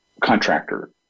contractor